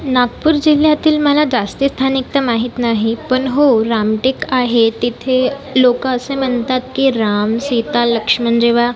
नागपूर जिल्ह्यातील मला जास्त स्थाने एक तर माहीत नाही पण हो रामटेक आहे तिथे लोकं असे म्हणतात की राम सीता लक्ष्मण जेव्हा